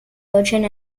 merchant